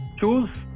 choose